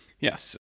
Yes